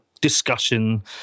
discussion